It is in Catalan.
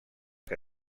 que